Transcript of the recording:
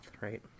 right